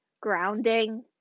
grounding